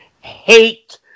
hate